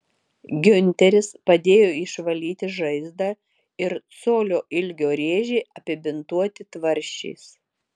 giunteris padėjo išvalyti žaizdą ir colio ilgio rėžį apibintuoti tvarsčiais